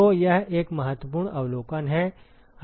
तो यह एक महत्वपूर्ण अवलोकन है